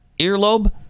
earlobe